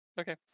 Okay